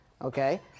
okay